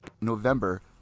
november